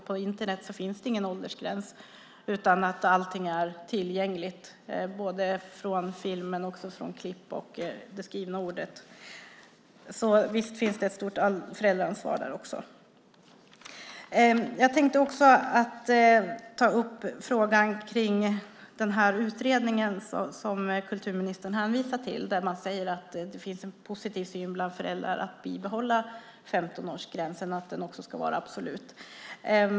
På Internet finns det ju ingen åldersgräns, utan allting är tillgängligt - det gäller då från film, klipp och det skrivna ordet - så visst är föräldraansvaret stort också i det avseendet. Jag tänkte också ta upp frågan om den utredning som kulturministern hänvisar till och där man säger att det bland föräldrar finns en positiv syn på att bibehålla 15-årsgränsen och att den ska vara absolut.